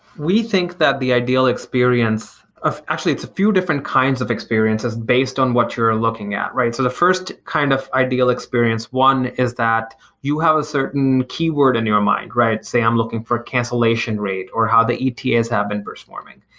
we think that the ideal experience actually, it's a few different kinds of experiences based on what you're looking at. so the first kind of ideal experience, one, is that you have a certain keyword in your mind, right? say, i'm looking for cancellation rate or how the etas have been performing.